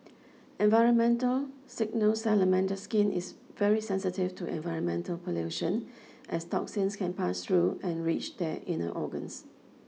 environmental signals salamander skin is very sensitive to environmental pollution as toxins can pass through and reach their inner organs